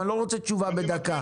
אני לא רוצה תשובה בדקה.